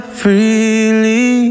freely